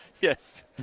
Yes